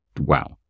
Wow